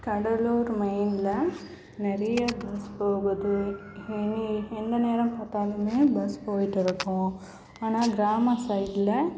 கடலூர் மெயினில் நிறைய பஸ் போகுது எனி என்ன நேரம் பார்த்தாலுமே பஸ் போய்கிட்டு இருக்கும் ஆனால் கிராம சைடில்